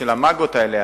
של המג"אות האלה,